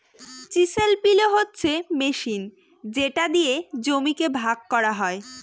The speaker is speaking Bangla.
চিসেল পিলও হচ্ছে মেশিন যেটা দিয়ে জমিকে ভাগ করা হয়